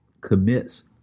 commits